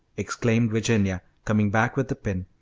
exclaimed virginia, coming back with the pin.